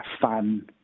fun